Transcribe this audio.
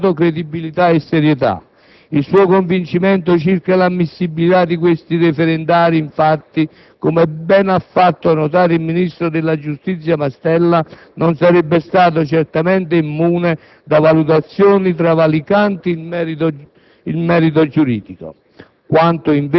che questi abbia effettivamente mostrato credibilità e serietà. Il suo convincimento circa l'ammissibilità dei quesiti referendari, infatti, come ben ha fatto notare il ministro della giustizia Mastella, non sarebbe stato certamente immune da valutazioni travalicanti il merito giuridico.